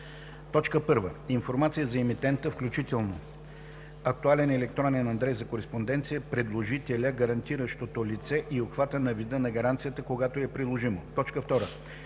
1. информация за емитента, включително актуален електронен адрес за кореспонденция, предложителя, гарантиращото лице и обхвата и вида на гаранцията, когато е приложимо; 2.